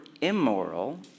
immoral